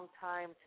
time